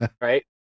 Right